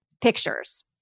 pictures